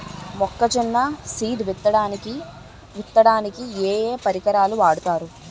మొక్కజొన్న సీడ్ విత్తడానికి ఏ ఏ పరికరాలు వాడతారు?